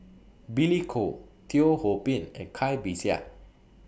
Billy Koh Teo Ho Pin and Cai Bixia